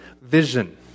vision